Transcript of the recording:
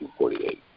1948